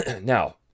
Now